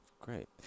great